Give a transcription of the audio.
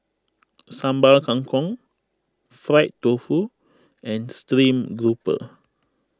Sambal Kangkong Fried Tofu and Stream Grouper